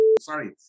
sorry